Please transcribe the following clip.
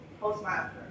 Postmaster